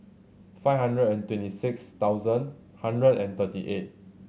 five hundred and twenty six thousand hundred and thirty eight